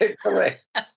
Correct